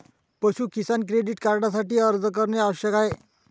पाशु किसान क्रेडिट कार्डसाठी अर्ज करणे आवश्यक आहे